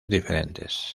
diferentes